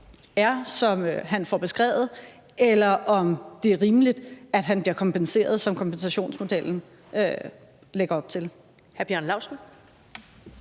er, som han får beskrevet, eller om det er rimeligt, at han bliver kompenseret, som kompensationsmodellen lægger op til?